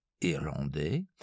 irlandais